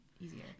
easier